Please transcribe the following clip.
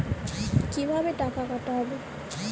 কিভাবে টাকা কাটা হবে?